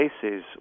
cases